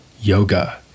yoga